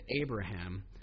Abraham